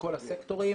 מכל הסקטורים,